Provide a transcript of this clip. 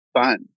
fun